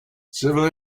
civil